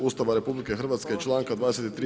Ustava RH i članka 23.